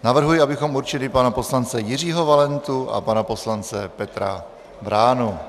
Navrhuji, abychom určili pana poslance Jiřího Valentu a pana poslance Petra Vránu.